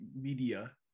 media